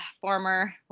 former